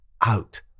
out